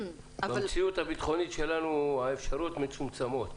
במציאות הביטחונית שלנו האפשרויות מצומצמות.